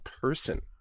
person